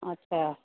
اچھا